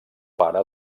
pare